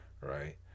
right